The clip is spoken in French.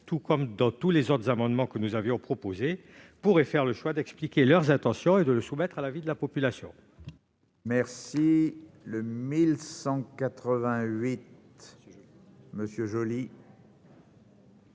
tout comme dans les autres amendements que nous avons présentés, pourraient faire le choix d'expliquer leurs intentions et de les soumettre à l'avis de la population. La parole est à M. Patrice